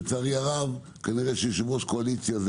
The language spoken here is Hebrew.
לצערי הרב כנראה שיושב-ראש קואליציה זה